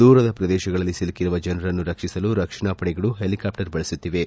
ದೂರದ ಪ್ರದೇಶಗಳಲ್ಲಿ ಸಿಲುಕಿರುವ ಜನರನ್ನು ರಕ್ಷಿಸಲು ರಕ್ಷಣಾ ಪಡೆಗಳು ಹೆಲಿಕಾಪ್ಟರ್ ಬಳಸುತ್ತಿವೆ